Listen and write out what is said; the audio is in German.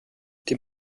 die